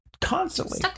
Constantly